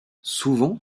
souvent